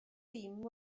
dim